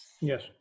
Yes